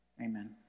Amen